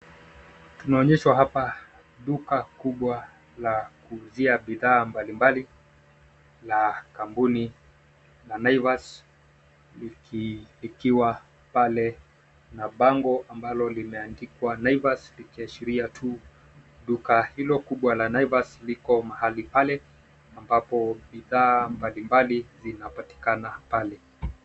Tunaonyeshwa hapa duka kubwa la kuuzia bidhaa mbalimbali la kampuni ya Naivas likiwa pale na bango ambalo limeandikwa Naivas likiashiria tu duka hilo kubwa la Naivas liko mahali pale ambapo bidhaa mbalimbali zinapatikana pale.